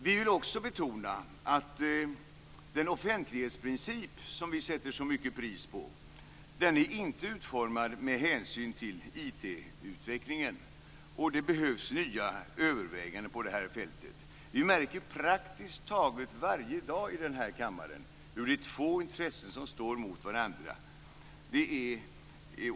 Vi vill också betona att den offentlighetsprincip som vi sätter så högt pris på inte är utformad med hänsyn till IT-utvecklingen, och det behövs nya överväganden på det här fältet. Vi märker praktiskt taget varje dag i den här kammaren hur två intressen står mot varandra.